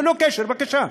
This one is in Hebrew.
ללא קשר, בבקשה.